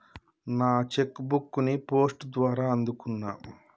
నా cheque book ని post ద్వారా అందుకున్నా